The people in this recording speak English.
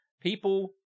People